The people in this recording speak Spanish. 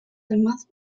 demás